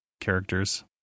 characters